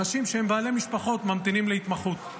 אנשים שהם בעלי משפחות ממתינים להתמחות.